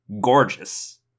Gorgeous